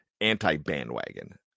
anti-bandwagon